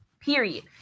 period